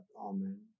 Amen